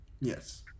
Yes